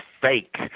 fake